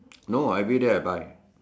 no everyday I buy